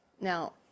Now